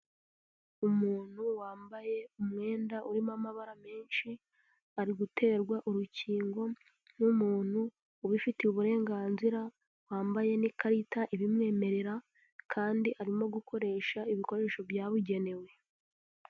Umuntu wambaye umwenda urimo amabara menshi, ari guterwa urukingo n'umuntu ubifitiye uburenganzira, wambaye n'ikarita ibimwemerera, kandi arimo gukoresha ibikoresho byabugenewe.